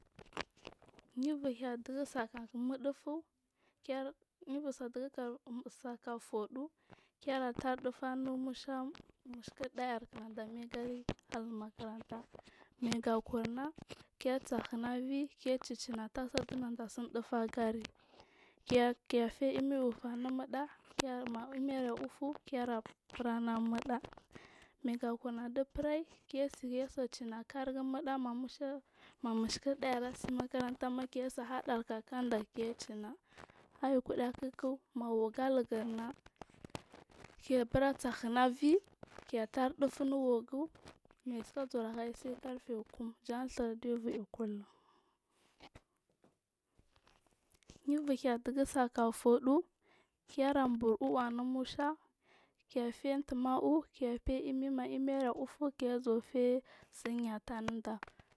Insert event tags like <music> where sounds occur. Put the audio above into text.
<noise> new bur haiy dugu saka mudufu ker new bu haiy dugu saka fu ɗu kera tar dusu anu musha miskirɗa ar nada maigari alu makaranta mayiga kunna kesa hina evi ke chichina tasakik nada sim dufu agari kefe imi ufu anu nuda ma imiri ufu k era furanu amaɗa makekunna du feren kese china kari gu ama da ma miskir da ar asima kesai hada kakada ke china aiyu kud kik mawagulugirna kebur sah evi ke tar dufu unu wagu maya sika zuwa hayi sai karfe kum jan dhir diɓur iaw kullum yebur hay dugu saka fuɗu ker a bur vu anu musha kefe untu ma uu keke imi ma imira ufuh kezuwafe sinyataah ninda.